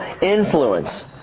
influence